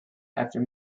after